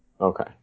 Okay